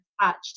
attached